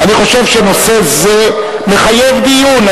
אני חושב שנושא זה מחייב דיון.